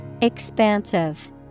Expansive